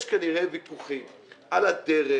יש כנראה ויכוחים על הדרך,